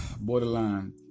borderline